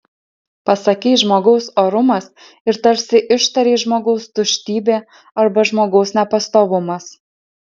pasakei žmogaus orumas ir tarsi ištarei žmogaus tuštybė arba žmogaus nepastovumas